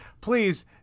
Please